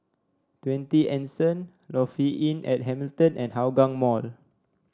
Twenty Anson Lofi Inn at Hamilton and Hougang Mall